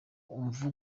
umva